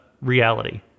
reality